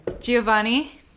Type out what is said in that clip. Giovanni